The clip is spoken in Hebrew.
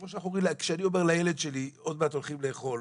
כמו שכשאני אומר לילד שלי שעוד מעט הולכים לאכול,